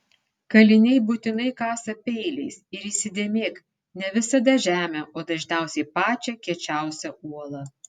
kaliniai būtinai kasa peiliais ir įsidėmėk ne visada žemę o dažniausiai pačią kiečiausią uolą